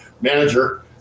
manager